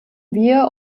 wir